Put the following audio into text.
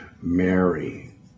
Mary